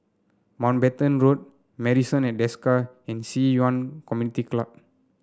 Mountbatten Road medicine and Desker and Ci Yuan Community Club